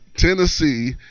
Tennessee